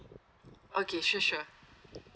okay sure sure